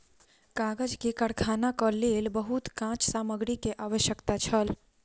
कागज के कारखानाक लेल बहुत काँच सामग्री के आवश्यकता छल